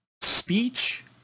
Speech